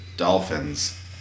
Dolphins